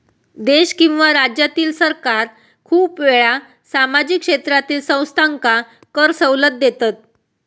देश किंवा राज्यातील सरकार खूप वेळा सामाजिक क्षेत्रातील संस्थांका कर सवलत देतत